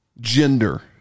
gender